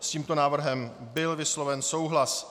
S tímto návrhem byl vysloven souhlas.